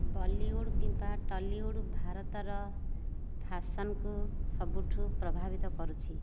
ବଲିଉଡ୍ କିମ୍ବା ଟଲିଉଡ୍ ଭାରତର ଫ୍ୟାସନ୍କୁ ସବୁଠୁ ପ୍ରଭାବିତ କରୁଛି